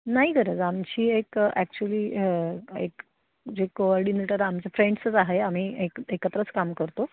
नाही गरज आमची एक ॲक्च्युली एक जे कोऑर्डिनेटर आमचं फ्रेंड्सच आहे आम्ही एक एकत्रच काम करतो